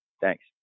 thanks